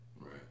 Right